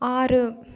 ஆறு